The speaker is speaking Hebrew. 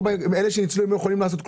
אלה שניצלו, הם לא יכולים לעשות כלום.